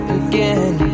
again